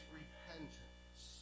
repentance